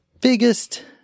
biggest